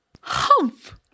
Humph